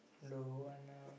don't want ah